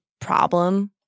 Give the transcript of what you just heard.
problem